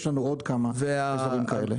יש לנו עוד כמה אזורים כאלה.